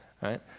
right